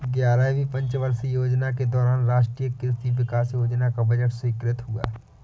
ग्यारहवीं पंचवर्षीय योजना के दौरान राष्ट्रीय कृषि विकास योजना का बजट स्वीकृत हुआ